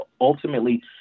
ultimately